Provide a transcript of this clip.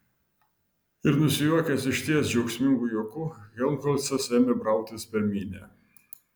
ir nusijuokęs išties džiaugsmingu juoku helmholcas ėmė brautis per minią